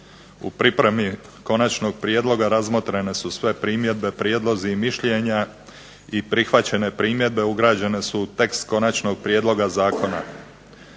U pripremi konačnog prijedloga razmotrene su sve primjedbe, prijedlozi i mišljenja i prihvaćene primjedbe ugrađene su u tekst konačnog prijedloga zakona.